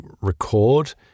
record